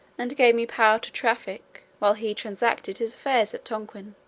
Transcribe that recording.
and gave me power to traffic, while he transacted his affairs at tonquin.